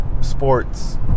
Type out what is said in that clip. sports